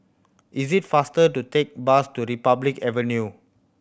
is it faster to take bus to Republic Avenue